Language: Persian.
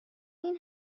این